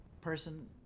person